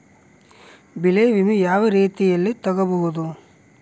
ಬೆಳೆ ವಿಮೆ ಯಾವ ರೇತಿಯಲ್ಲಿ ತಗಬಹುದು?